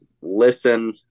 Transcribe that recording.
listen